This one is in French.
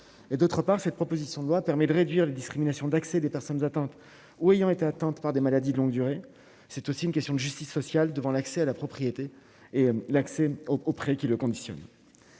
et d'autre part, cette proposition de loi permet de réduire les discriminations d'accès des personnes atteintes ou ayant été atteintes par des maladies de longue durée, c'est aussi une question de justice sociale devant l'accès à la propriété et l'accès au propre et qui le conditionne